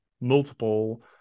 multiple